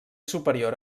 superior